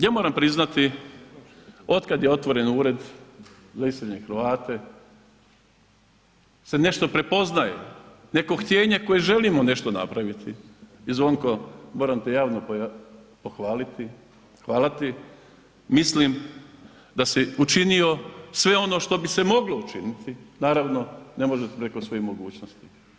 Ja moram priznati otkad je otvoren ured za iseljene Hrvate se nešto prepoznaje, neko htjenje koje želimo nešto napraviti i Zvonko moram te javno pohvaliti, hvala ti, mislim da si učinio sve ono što bi se moglo učiniti, naravno ne možete preko svojih mogućnosti.